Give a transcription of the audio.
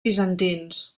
bizantins